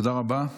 תודה רבה.